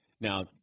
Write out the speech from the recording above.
Now